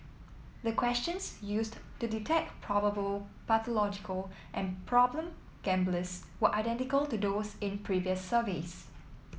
the questions used to detect probable pathological and problem gamblers were identical to those in previous surveys